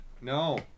No